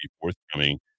forthcoming